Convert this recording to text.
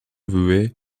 vouée